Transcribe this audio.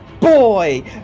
boy